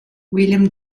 william